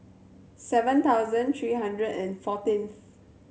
seven thousand three hundred and fourteenth